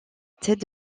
tête